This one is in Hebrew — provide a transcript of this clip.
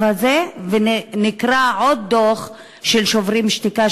הזה ונקרא עוד דוח של "שוברים שתיקה",